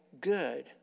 good